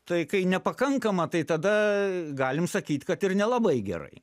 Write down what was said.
tai kai nepakankama tai tada galim sakyt kad ir nelabai gerai